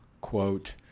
quote